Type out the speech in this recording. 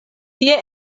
tie